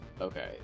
Okay